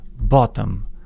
bottom